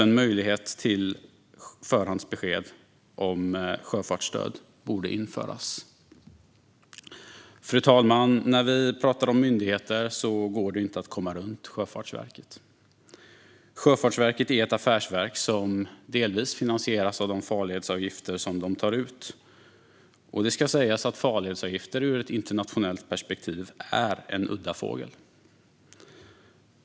En möjlighet till förhandsbesked om sjöfartsstöd borde införas. Fru talman! När vi talar om myndigheter går det inte att komma runt Sjöfartsverket. Sjöfartsverket är ett affärsverk som delvis finansieras av de farledsavgifter de tar ut. Det ska sägas att farledsavgifter ur ett internationellt perspektiv är en udda fågel.